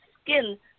skin